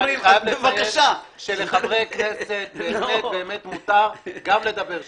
אני חייב לציין שלחברי כנסת באמת באמת מותר גם לדבר שטויות.